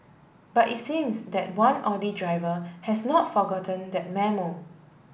but it seems that one Audi driver has not forgotten that memo